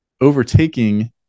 overtaking